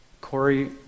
Corey